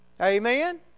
amen